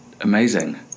Amazing